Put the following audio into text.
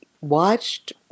watched